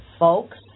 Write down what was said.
Folks